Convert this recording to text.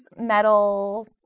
metal